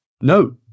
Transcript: No